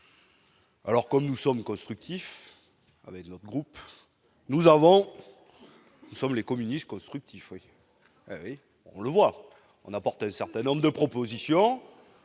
Alors que nous sommes constructifs avec le groupe nous avons sur les communistes constructif, on le voit, on apporte un certain nombre de propositions,